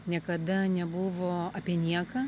niekada nebuvo apie nieką